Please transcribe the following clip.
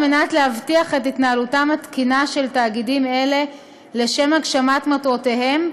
כדי להבטיח את התנהלותם התקינה של תאגידים אלה לשם הגשמת מטרותיהם,